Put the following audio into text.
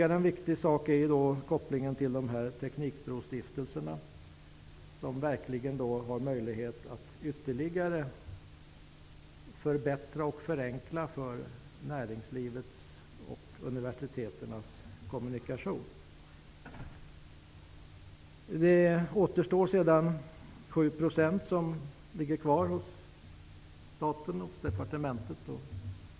En viktig sak är också kopplingen till Teknikbrostiftelserna, som verkligen har möjlighet att ytterligare förenkla för och förbättra kommunikationen mellan näringslivet och universiteten. Nu återstår 7 % att placera som ligger kvar hos staten.